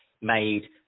made